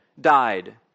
died